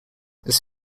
this